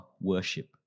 worship